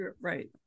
right